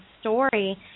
story